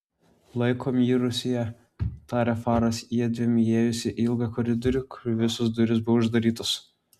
laikom jį rūsyje tarė faras jiedviem įėjus į ilgą koridorių kur visos durys buvo uždarytos